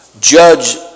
judge